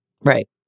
right